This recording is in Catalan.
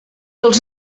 els